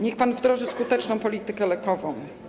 Niech pan wdroży skuteczną politykę lekową.